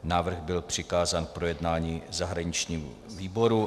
Návrh byl přikázán k projednání zahraničnímu výboru.